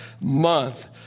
Month